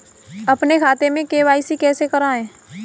अपने खाते में के.वाई.सी कैसे कराएँ?